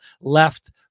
left